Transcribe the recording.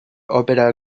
opera